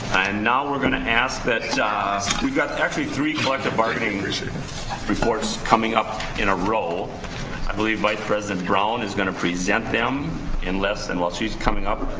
and now we're gonna ask that job we've got actually three collective bargaining leadership reports coming up in a row i believe vice president brown is gonna present them in less than while she's coming up